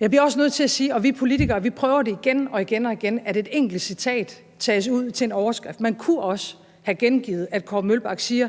Jeg bliver også nødt til at sige, at vi politikere prøver det igen og igen, nemlig at et enkelt citat tages ud til en overskrift. Man kunne også have gengivet, at Kåre Mølbak siger: